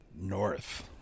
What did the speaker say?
North